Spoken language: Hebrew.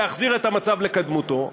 להחזיר את המצב לקדמותו,